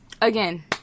again